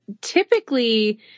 typically